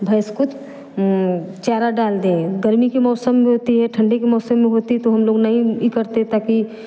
भैंस को चारा डाल दें गर्मी के मौसम में होती है ठंडी के मौसम में होती तो हम लोग नहीं इ करते ताकि